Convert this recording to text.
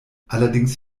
allerdings